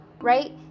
right